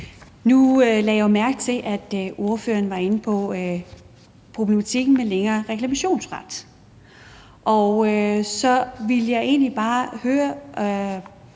Nu lagde jeg jo mærke til, at ordføreren var inde på problematikken med længere reklamationsret. Så ville jeg egentlig bare høre